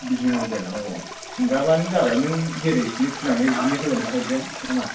बिहि मदेल औ सिनजाबानो जाबाय नों जेरै सिननो थिनो आं बिदिनो होना हरगोन नामा